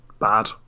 bad